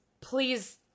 please